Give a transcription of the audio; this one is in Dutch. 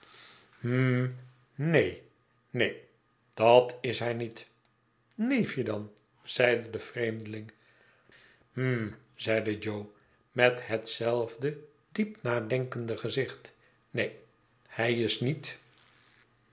neen neen dat is hij niet neefje dan zeide de vreemdeling hm zeide jo met hetzetfde diep nadenkende gezicht neen hij is niet